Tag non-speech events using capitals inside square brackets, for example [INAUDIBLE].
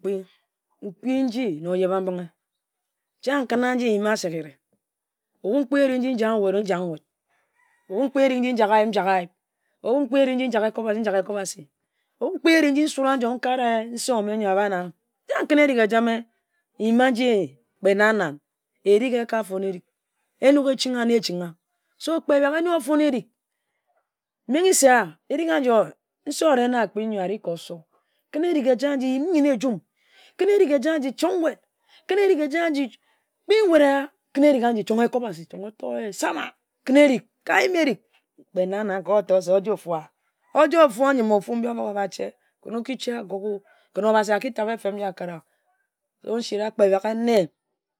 Okpi Okpi nji na oyebe-mbinghe. Chang n kǝn nji lyi-ma segere. O-bu mkpi erig nji njak nwut, njak nwut, [NOISE] o-bu mkpi erig-n jak ayib, njak ayib, obu mkpi erig njak ekwa basi, n-jak ekwa-basi, o-bu mkpi erig nji sora njam nkare n-so-meh yor abha na-meh. Chang nkǝn-na erig ejame i-yima nji kpe-nan-nan. Erig eka fon erig. enok eching ha, na echingha. So, kpe bak ene ofon erig [UNINTELLIGIBLE] menghe sai erig an-ji nse orie na akpi nji yor ari ka osor. Kǝn erig eja a-nji yim nyen-e-ejum, kǝn erig eja a-nji chong nwut, kpi nwut ehye, kǝn erig a-nji chong ekwa-basi che Obasi se sama. Kǝn erig eja ka yim erig kpe nan-nan ojor-ofu, oyem nong ofu-obak oba chie kǝn ochie goge-o, kǝn Obasi aki ta-be ehfib nji akara-o, so, nsira kpe bak-enne